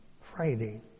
Friday